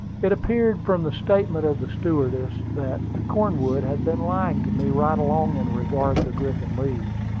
it appeared from the statement of the stewardess that cornwood had been lying to me right along in regard to griffin leeds.